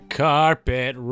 carpet